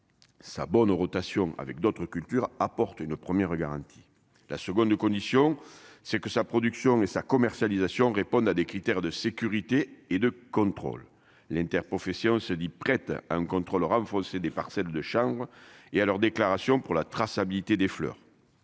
sa bonne rotation avec d'autres cultures, apporte une première garantie, la seconde condition c'est que sa production et sa commercialisation à des critères de sécurité et de contrôle, l'interprofession se dit prête à un contrôle renforcé des parcelles de champs et à leur déclaration pour la traçabilité des fleurs,